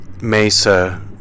mesa